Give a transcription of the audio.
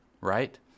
right